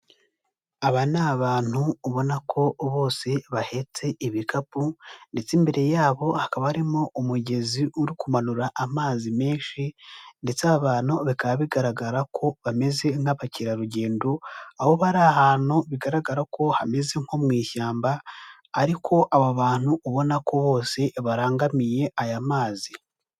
Aba ni abantu ubona ko bose bahetse ibikapu ndetse imbere yabo hakaba harimo umugezi uri kumanura amazi menshi ndetse aba bantu bikaba bigaragara ko bameze nk'abakerarugendo aho bari ahantu bigaragara ko hameze nko mu ishyamba ariko aba bantu ubona ko bose barangamiye aya mazi.